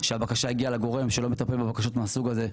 שהבקשה הגיעה לגורם שלא מטפל בבקשות מהסוג הזה,